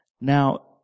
Now